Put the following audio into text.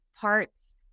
parts